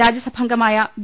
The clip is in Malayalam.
രാജ്യസഭാംഗമായ വി